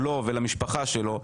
לו ולמשפחה שלו,